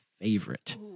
favorite